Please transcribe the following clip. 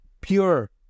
pure